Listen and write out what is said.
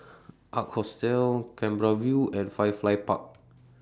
Ark Hostel Canberra View and Firefly Park